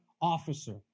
officer